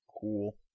Cool